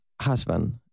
husband